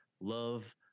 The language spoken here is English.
love